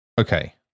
Okay